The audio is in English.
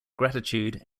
gratitude